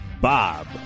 Bob